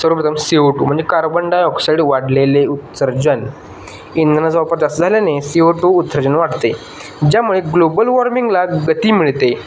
सर्वप्रथम C O two म्हणजे carbon dioxide वाढलेले उत्सर्जन इंधनाचा वापर जास्त झाल्याने सि ओ टू उत्सर्जन वाढते ज्यामुळे ग्लोबल वॉर्मिंगला गती मिळते